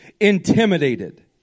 intimidated